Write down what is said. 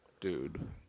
dude